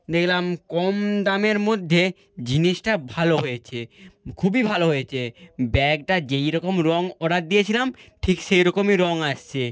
দেখলাম কম দামের মধ্যে জিনিসটা ভালো হয়েছে খুবই ভালো হয়েছে ব্যাগটা যেইরকম রঙ অর্ডার দিয়েছিলাম ঠিক সেইরকমই রঙ আসছে